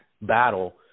battle